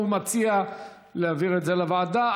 הוא מציע להעביר את זה לוועדה.